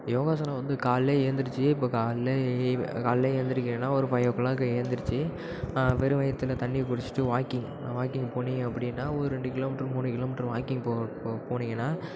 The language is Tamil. யோகாசனம் வந்து காலைலயே எழுந்திருச்சி இப்போ காலைல எ இப்போ காலைல எழுந்திரிக்குறோன்னா ஒரு ஃபைவோ க்ளாக் எழுந்திரிச்சி வெறும் வயிற்றுல தண்ணி குடிச்சுவிட்டு வாக்கிங் வாக்கிங் போனீங்க அப்படின்னா ஒரு ரெண்டு கிலோ மீட்ரு மூணு கிலோ மீட்ரு வாக்கிங் போ போ போனீங்கன்னா